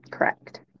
Correct